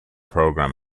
program